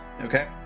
Okay